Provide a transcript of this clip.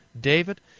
David